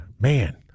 man